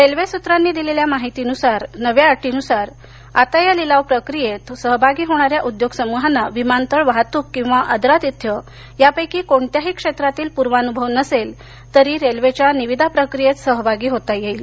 railway सूत्रांनी दिलेल्या माहितीनुसार नव्या अटीनुसार आता या लिलाव प्रक्रियेत सहभागी होणाऱ्या उद्योग समूहांना विमानतळ वाहतूक अथवा आदरातिथ्य यापैकी कोणत्याही क्षेत्रातील पूर्वानुभव नसेल तरी रेल्वेच्या निविदा प्रक्रियेत सहभागी होता येईल